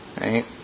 Right